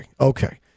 okay